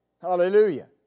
Hallelujah